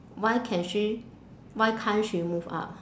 why can she why can't she move up